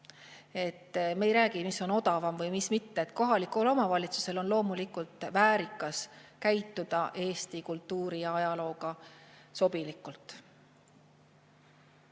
Me ei räägi, mis on odavam ja mis mitte. Kohalikul omavalitsusel on loomulikult väärikas käituda Eesti kultuuri ja ajalooga sobilikult.